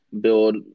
build